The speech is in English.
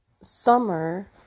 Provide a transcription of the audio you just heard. summer